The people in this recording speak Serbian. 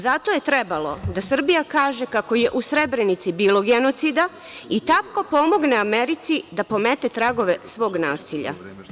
Zato je trebalo da Srbija kaže kako je u Srebrenici bilo genocida i tako pomogne Americi da pomete tragove svog nasilja.